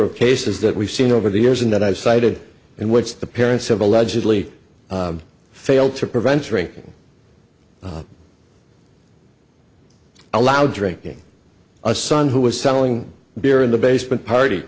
of cases that we've seen over the years and that i've cited in which the parents have allegedly failed to prevent ring allow drinking a son who was selling beer in the basement party